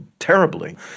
Terribly